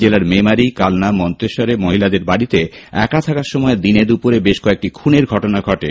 জেলার মেমারি কালনা মন্তেশ্বরে মহিলাদের বাড়িতে একা থাকার সময় দিনে দুপুরে বেশ কয়েকটি খুনের ঘটনা ঘটে